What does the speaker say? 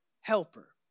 helper